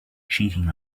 cheating